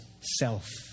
self